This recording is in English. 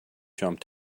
jump